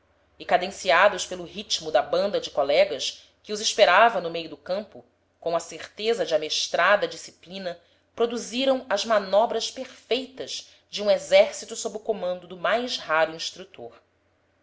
e cadenciados pelo ritmo da banda de colegas que os esperava no meio do campo com a certeza de amestrada disciplina produziram as manobras perfeitas de um exército sob o comando do mais raro instrutor